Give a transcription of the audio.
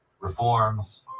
reforms